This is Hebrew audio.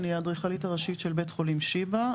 אני האדריכלית הראשית של בית חולים "שיבא".